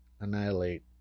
annihilate